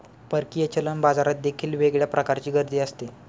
परकीय चलन बाजारात देखील वेगळ्या प्रकारची गर्दी असते